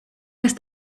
ist